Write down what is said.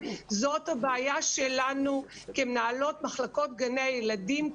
זאת הבעיה שלנו כמנהלות מחלקות גני הילדים,